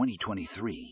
2023